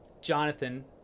Jonathan